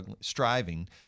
striving